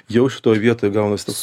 jau šitoj vietoj gaunasi toks